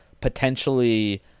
potentially